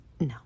No